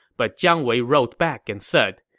but jiang wei wrote back and said,